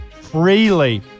freely